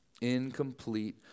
Incomplete